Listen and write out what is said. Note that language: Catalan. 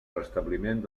restabliment